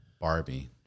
Barbie